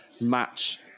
match